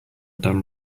dumb